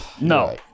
No